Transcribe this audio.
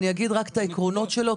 אני אגיד רק את העקרונות שלו,